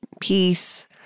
peace